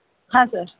ಹಾಂ ಸರ್